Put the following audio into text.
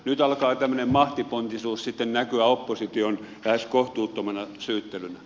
nyt alkaa tämmöinen mahtipontisuus sitten näkyä opposition lähes kohtuuttomana syyttelynä